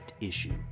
issue